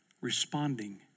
responding